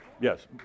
Yes